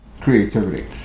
creativity